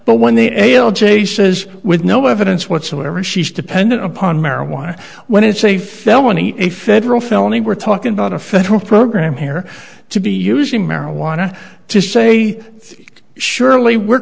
but when the a l j says with no evidence whatsoever she's dependent upon marijuana when it's a felony a federal felony we're talking about a federal program here to be using marijuana to say surely we're